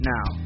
Now